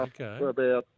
Okay